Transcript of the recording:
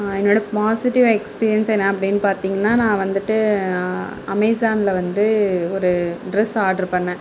என்னோடய positive experience என்ன அப்டின்னு பார்த்திங்னா நான் வந்துட்டு அமேஸானில் வந்து ஒரு ட்ரெஸ் ஆர்ட்ரு பண்ணிணேன்